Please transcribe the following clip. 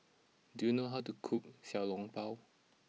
do you know how to cook Xiao Long Bao